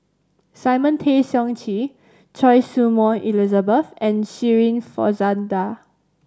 Simon Tay Seong Chee Choy Su Moi Elizabeth and Shirin Fozdar